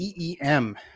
EEM